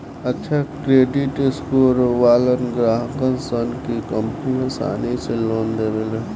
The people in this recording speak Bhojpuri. अच्छा क्रेडिट स्कोर वालन ग्राहकसन के कंपनि आसानी से लोन दे देवेले